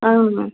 اۭں